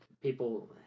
people